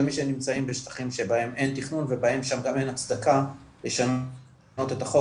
זה מי שנמצאים בשטחים שאין תכנון ובהם גם אין הצדקה לשנות את החוק,